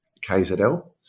KZL